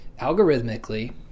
algorithmically